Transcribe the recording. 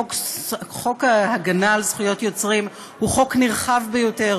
חוק ההגנה על זכויות יוצרים הוא חוק נרחב ביותר,